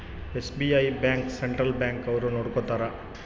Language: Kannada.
ಎಸ್.ಬಿ.ಐ ಬ್ಯಾಂಕ್ ಸೆಂಟ್ರಲ್ ಬ್ಯಾಂಕ್ ಅವ್ರು ನೊಡ್ಕೋತರ